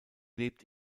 lebt